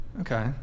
Okay